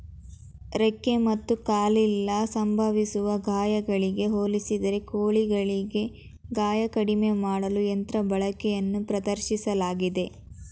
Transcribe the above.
ರೆಕ್ಕೆ ಮತ್ತು ಕಾಲಲ್ಲಿ ಸಂಭವಿಸುವ ಗಾಯಗಳಿಗೆ ಹೋಲಿಸಿದರೆ ಕೋಳಿಗಳಿಗೆ ಗಾಯ ಕಡಿಮೆ ಮಾಡಲು ಯಂತ್ರ ಬಳಕೆಯನ್ನು ಪ್ರದರ್ಶಿಸಲಾಗಿದೆ